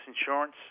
insurance